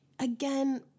again